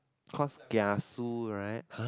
cause kiasu right !huh!